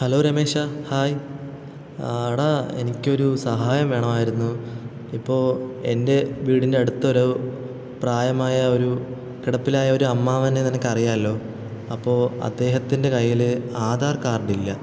hello Ramesh hi എടാ എനിക്കൊരു സഹായം വേണമായിരുന്നു ഇപ്പോൾ എൻ്റെ വീടിൻ്റെ അടുത്തൊരു പ്രായമായ ഒരു കിടപ്പിലായ ഒരു അമ്മാവനെ നിനക്കറിയാമല്ലോ അപ്പോൾ അദ്ദേഹത്തിൻ്റെ കയ്യിൽ ആധാർ കാർഡ് ഇല്ല